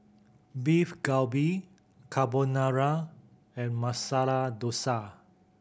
Beef Galbi Carbonara and Masala Dosa